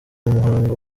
umuhango